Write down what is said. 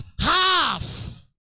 half